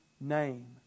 name